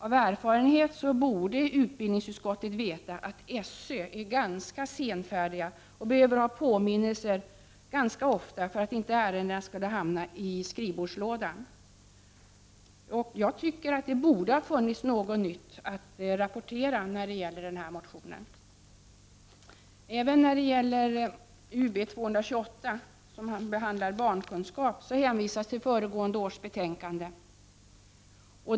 Av erfarenhet borde utbildningsutskottet veta att SÖ är ganska senfärdigt och ganska ofta behöver ha påminnelser för att inte ärendena skall hamna i skrivbordslådan. Jag tycker att det borde ha funnits något nytt att rapportera som svar på den här motionen. Även när det gäller Ub228, i vilken ämnet barnkunskap behandlas, hänvisar utskottet till föregående års betänkande.